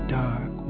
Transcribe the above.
dark